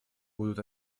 будут